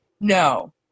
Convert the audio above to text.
No